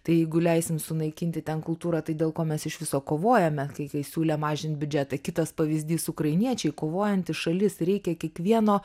tai jeigu leisim sunaikinti ten kultūrą tai dėl ko mes iš viso kovojame kai kai siūlė mažint biudžetą kitas pavyzdys ukrainiečiai kovojanti šalis reikia kiekvieno